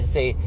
say